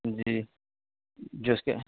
جی جو اس کے